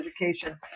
education